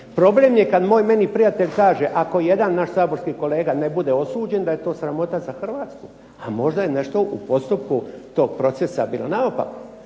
Problem je kada moj meni prijatelj kaže ako jedan naš saborski kolega ne bude osuđen da je to sramota za Hrvatsku, a možda je nešto u postupku tog procesa bilo naopako.